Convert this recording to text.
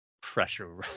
pressure